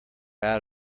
out